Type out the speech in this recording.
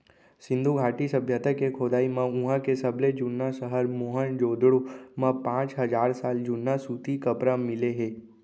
सिंधु घाटी सभ्यता के खोदई म उहां के सबले जुन्ना सहर मोहनजोदड़ो म पांच हजार साल जुन्ना सूती कपरा मिले हे